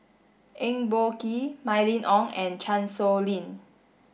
Eng Boh Kee Mylene Ong and Chan Sow Lin